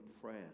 prayer